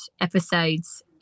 episodes